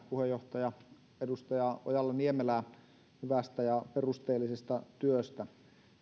puheenjohtajaa edustaja ojala niemelää hyvästä ja perusteellisesta työstä